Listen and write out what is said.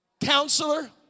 Counselor